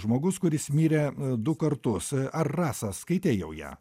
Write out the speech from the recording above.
žmogus kuris mirė du kartus ar rasa skaitei jau ją